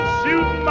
shoot